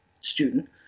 student